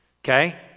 Okay